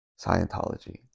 Scientology